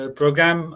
program